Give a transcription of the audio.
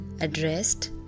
addressed